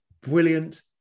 brilliant